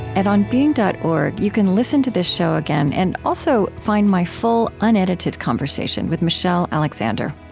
at onbeing dot org you can listen to this show again, and also find my full, unedited conversation with michelle alexander.